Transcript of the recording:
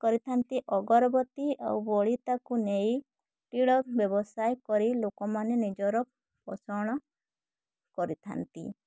କରିଥାନ୍ତି ଅଗରବତୀ ଆଉ ବଳିତାକୁ ନେଇ ଟିଣ ବ୍ୟବସାୟ କରି ଲୋକମାନେ ନିଜର ପୋଷଣ କରିଥାନ୍ତି